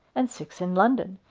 and six in london,